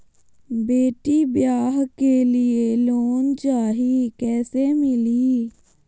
बेटी ब्याह के लिए लोन चाही, कैसे मिली?